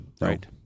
right